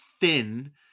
thin